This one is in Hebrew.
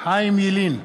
חיים ילין,